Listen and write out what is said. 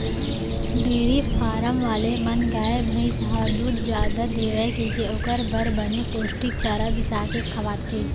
dairy farm वाले मन गाय, भईंस ह दूद जादा देवय कइके ओकर बर बने पोस्टिक चारा बिसा के खवाथें